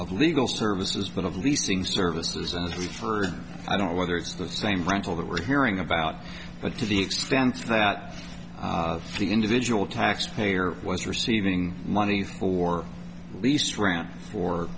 of legal services but of leasing services and for i don't know whether it's the same final that we're hearing about but to the extent that the individual taxpayer was receiving money for lease ran for